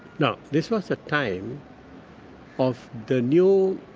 now this was a time of the new